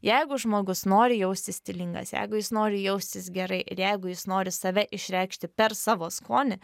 jeigu žmogus nori jaustis stilingas jeigu jis nori jaustis gerai ir jeigu jis nori save išreikšti per savo skonį